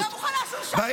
אדוני,